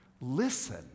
listen